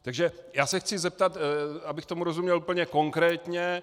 Takže se chci zeptat, abych tomu rozuměl úplně konkrétně: